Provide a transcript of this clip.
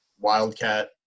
wildcat